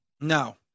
No